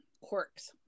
quirks